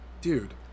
dude